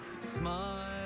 Smile